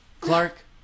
Clark